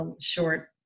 short